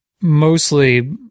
mostly